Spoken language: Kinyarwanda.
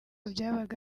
byabaga